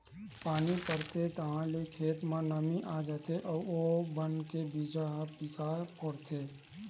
पानी परथे ताहाँले खेत म नमी आ जाथे अउ ओ बन के बीजा ह पीका फोरथे